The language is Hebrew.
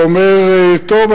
ואומר: טוב,